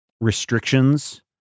restrictions